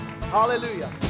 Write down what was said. Hallelujah